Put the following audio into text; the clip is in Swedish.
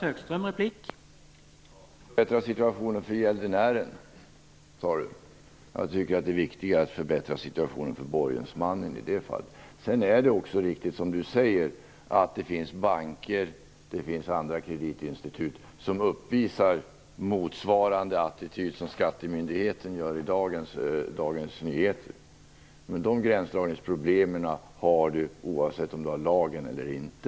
Herr talman! Per Rosengren sade att vi skall förbättra situationen för gäldenären. Jag tycker att det är viktigare att förbättra situationen för borgensmannen i det fallet. Det är riktigt att det finns banker och kreditinstitut som uppvisar en attityd som motsvarar den som skattemyndigheten uppvisar i dagens Dagens Nyheter. De gränsdragningsproblemen finns oavsett om det finns en lag eller inte.